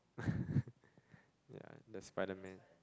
yeah the Spiderman